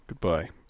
Goodbye